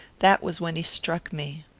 that was when he struck me.